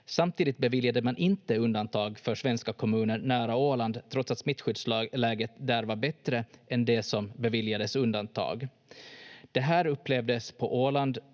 Samtidigt beviljade man inte undantag för svenska kommuner nära Åland, trots att smittskyddsläget där var bättre än de som beviljades undantag. Det här upplevdes på Åland